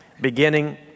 beginning